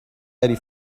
eighty